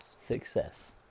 success